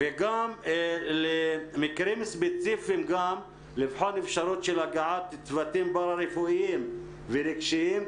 וגם במקרים ספציפיים לבחון אפשרות של הגעת צוותים פארה-רפואיים ורגשיים,